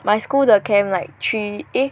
my school the camp like three eh